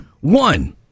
One